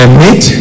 meet